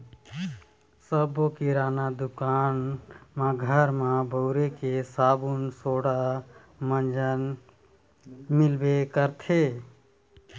सब्बो किराना दुकान म घर म बउरे के साबून सोड़ा, मंजन मिलबे करथे